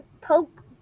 poke